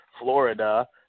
Florida